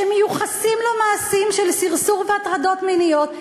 שמיוחסים לו מעשים של סרסור והטרדות מיניות,